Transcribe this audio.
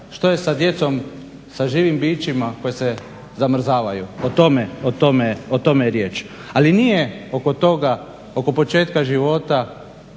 što je sa djecom sa živim bićima koja se zamrzavaju o tome je riječ. Ali nije oko početka života